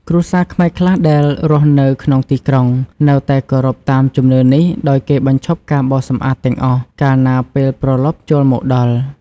គ្រួសារខ្មែរខ្លះដែលរស់នៅក្នុងទីក្រុង នៅតែគោរពតាមជំនឿនេះ ដោយគេបញ្ឈប់ការបោសសម្អាតទាំងអស់ កាលណាពេលព្រលប់ចូលមកដល់។